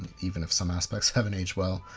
even if some aspects haven't aged well.